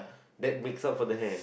that makes up for the hair